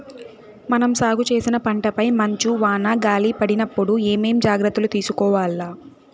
మనం సాగు చేసిన పంటపై మంచు, వాన, గాలి పడినప్పుడు ఏమేం జాగ్రత్తలు తీసుకోవల్ల?